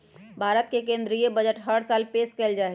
भारत के केन्द्रीय बजट हर साल पेश कइल जाहई